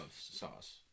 sauce